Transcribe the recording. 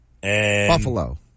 Buffalo